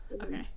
okay